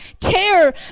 care